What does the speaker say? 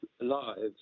lives